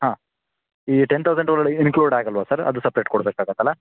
ಹಾಂ ಈ ten thousand ಒಳಗಡೆ ಇನ್ಕ್ಲೂಡ್ ಆಗೋಲ್ವ ಸರ್ ಅದು ಸಪ್ರೇಟ್ ಕೊಡಬೇಕಾಗತ್ತಲ